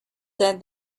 said